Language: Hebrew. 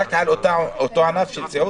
רק על אותו ענף של סיעוד?